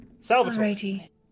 Salvatore